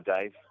Dave